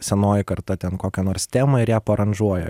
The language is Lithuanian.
senoji karta ten kokią nors temą ir ją paaranžuoja